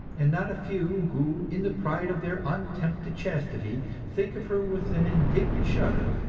and not a few who, in the pride of their untempted chastity, think of her with an indignant shudder,